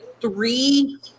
three